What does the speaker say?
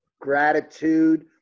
gratitude